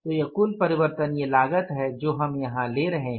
तो यह कुल परिवर्तनीय लागत है जो हम यहां ले रहे हैं